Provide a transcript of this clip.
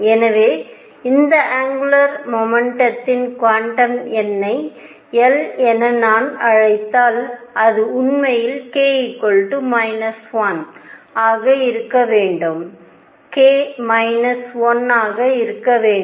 எனவே இந்த ஆங்குலர் முமெண்டதின் குவாண்டம் எண்ணை l என நான் அழைத்தால் அது உண்மையில் k 1 ஆக இருக்க வேண்டும்